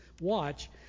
watch